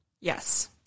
Yes